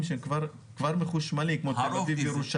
שהם כבר מחושמלים כמו תל אביב-ירושלים.